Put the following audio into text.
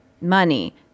money